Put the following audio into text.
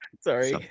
sorry